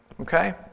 Okay